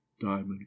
diamond